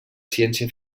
ciència